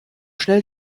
schnell